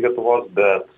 lietuvos bet